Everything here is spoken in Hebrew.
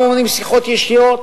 שיחות ישירות,